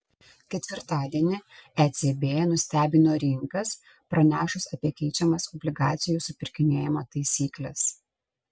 ketvirtadienį ecb nustebino rinkas pranešus apie keičiamas obligacijų supirkinėjimo taisykles